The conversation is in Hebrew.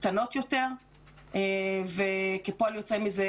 קטנות יותר וכפועל יוצא מזה,